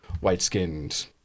white-skinned